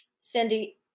Cindy